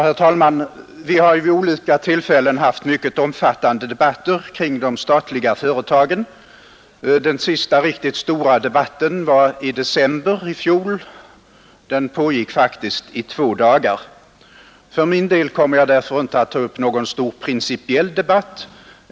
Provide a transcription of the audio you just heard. Herr talman! Vi har vid olika tillfällen haft mycket omfattande debatter kring de statliga företagen. Den sista riktigt stora debatten var så sent som i december i fjol. Den pågick faktiskt i två dagar. För min del kommer jag därför inte att ta upp någon stor principiell debatt.